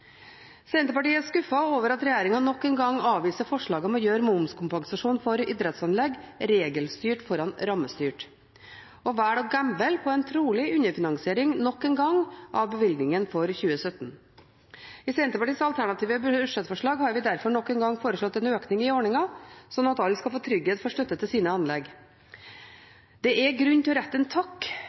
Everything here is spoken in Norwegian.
Senterpartiet er skuffet over at regjeringen nok en gang avviser forslaget om å gjøre momskompensasjon for idrettsanlegg regelstyrt framfor rammestyrt. Man velger nok en gang å gamble på en trolig underfinansiering av bevilgningen for 2017. I Senterpartiets alternative budsjettforslag har vi derfor nok en gang foreslått en økning i ordningen, slik at alle skal få trygghet for støtte til sine anlegg. Det er grunn til å rette en takk